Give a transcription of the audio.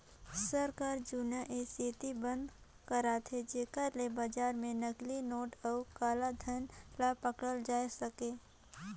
सरकार जुनहा ए सेती बंद करथे जेकर ले बजार में नकली नोट अउ काला धन ल पकड़ल जाए सके